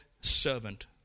servant